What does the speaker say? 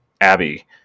Abby